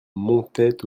montaient